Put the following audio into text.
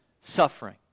suffering